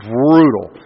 brutal